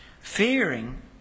Fearing